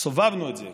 סובבנו את זה,